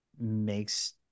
makes